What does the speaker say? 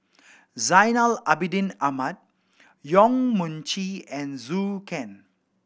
Zainal Abidin Ahmad Yong Mun Chee and Zhou Can